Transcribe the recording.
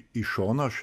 į šoną aš